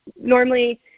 normally